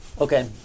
Okay